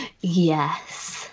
Yes